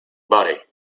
body